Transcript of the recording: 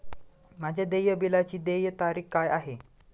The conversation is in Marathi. माझ्या देय बिलाची देय तारीख काय आहे?